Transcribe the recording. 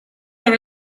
are